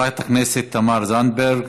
חברת הכנסת תמר זנדברג,